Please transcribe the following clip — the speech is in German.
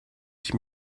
ich